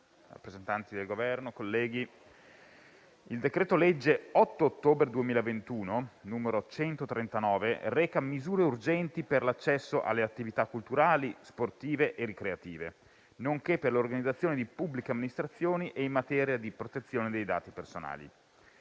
del decreto-legge 8 ottobre 2021, n. 139, recante disposizioni urgenti per l'accesso alle attività culturali, sportive e ricreative, nonché per l'organizzazione di pubbliche amministrazioni e in materia di protezione dei dati personali